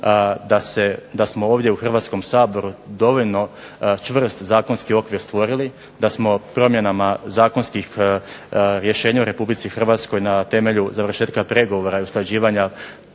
da smo ovdje u Hrvatskom saboru dovoljno čvrst zakonski okvir stvorili, da smo promjenama zakonskih rješenja u RH na temelju završetka pregovora i usklađivanja